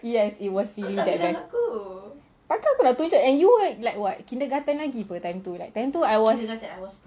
yes it was really that bad tak akan aku nak tunjuk and you like what kindergarten lagi [pe] time tu like time tu I was